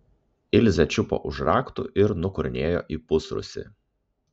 ilzė čiupo už raktų ir nukurnėjo į pusrūsį